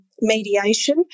mediation